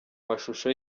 mashusho